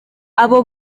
abo